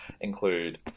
include